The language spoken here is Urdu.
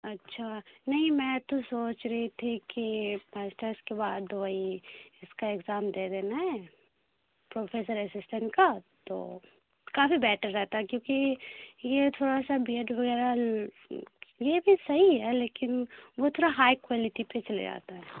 اچھا نہیں میں تو سوچ رہی تھی کہ ماسٹرس کے بعد وہی اس کا اگزام دے دینا ہے پروفیسر اسسٹینٹ کا تو کافی بیٹر رہتا ہے کیونکہ یہ تھوڑا سا بی ایڈ وغیرہ یہ بھی صحیح ہے لیکن وہ تھوڑا ہائی کوالٹی پہ چلے جاتا ہے